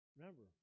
Remember